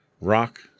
Rock